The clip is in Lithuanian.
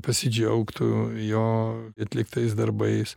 pasidžiaugtų jo atliktais darbais